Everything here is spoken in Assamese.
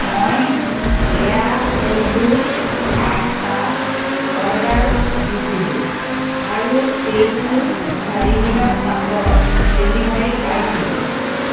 মই কেয়া এল্বো পাস্তা অৰ্ডাৰ দিছিলোঁ আৰু এইটোৰ চাৰি দিনৰ পাছত ডেলিভাৰী পাইছিলোঁ